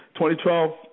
2012